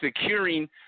securing